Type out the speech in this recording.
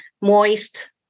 moist